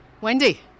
wendy